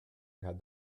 had